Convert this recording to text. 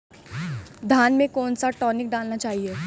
धान में कौन सा टॉनिक डालना चाहिए?